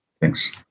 Thanks